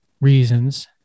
reasons